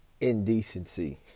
indecency